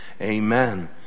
amen